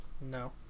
No